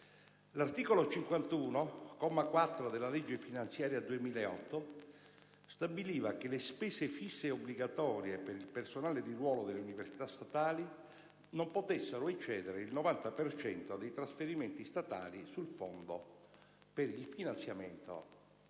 L'articolo 51, comma 4, della legge finanziaria per il 2008 stabiliva che le spese fisse e obbligatorie per il personale di ruolo delle università statali non potessero eccedere il 90 per cento dei trasferimenti statali sul Fondo per il finanziamento